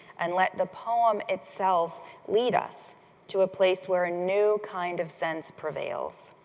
and let the poem itself lead us to a place where a new kind of sense prevails.